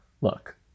look